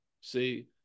See